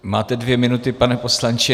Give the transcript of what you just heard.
Máte dvě minuty, pane poslanče.